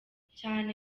cyane